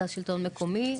מרכז שלטון מקומי,